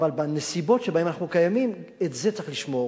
אבל בנסיבות שבהן אנחנו קיימים, את זה צריך לשמור